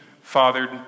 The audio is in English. fathered